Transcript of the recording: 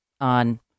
on